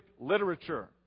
literature